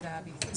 הודעה בלבד.